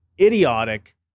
idiotic